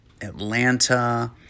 Atlanta